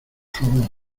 favor